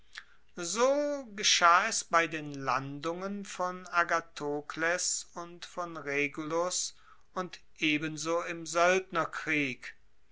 so geschah es bei den landungen von agathokles und von regulus und ebenso im